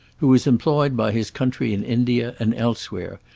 who was employed by his country in india and elsewhere,